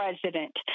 president